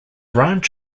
ranch